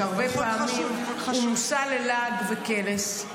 שהרבה פעמים הוא מושא ללעג וקלס,